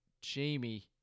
Jamie